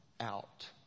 out